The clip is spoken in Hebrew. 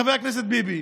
חבר הכנסת ביבי.